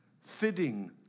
fitting